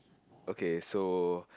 okay so